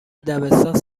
دبستان